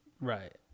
Right